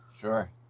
Sure